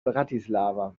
bratislava